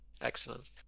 Excellent